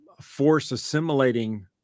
force-assimilating